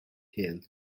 hill